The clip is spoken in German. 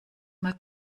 mal